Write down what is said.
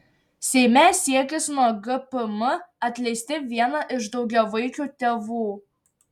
seime siekis nuo gpm atleisti vieną iš daugiavaikių tėvų